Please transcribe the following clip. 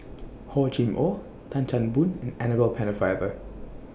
Hor Chim Or Tan Chan Boon and Annabel Pennefather